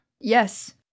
Yes